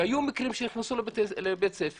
והיו מקרים שנכנסו לבית ספר